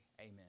amen